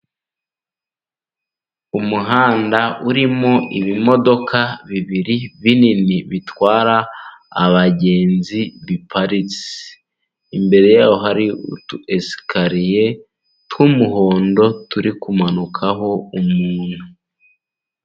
Umuhanda urimo ibimodoka bibiri binini bitwara abagenzi biparitse, imbere yaho hari utu esikariye tw'umuhondo turi kumanukaho umuntu.